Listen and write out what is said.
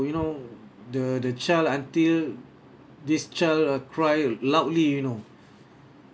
you know the the child until this child uh cry loudly you know